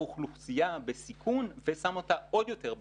אוכלוסייה בסיכון ושם אותה עוד יותר בסיכון.